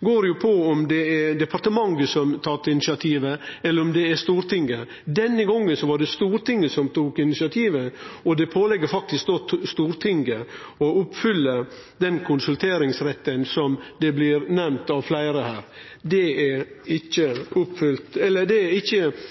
går på om det er departementet som har tatt initiativet, eller om det er Stortinget. Denne gongen var det Stortinget som tok initiativet, og det ligg då faktisk til Stortinget å oppfylle denne konsulteringsretten, som det blir nemnt av fleire her. Det er